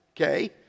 okay